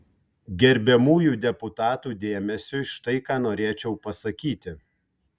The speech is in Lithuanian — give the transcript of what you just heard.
gerbiamųjų deputatų dėmesiui štai ką norėčiau pasakyti